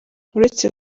uretse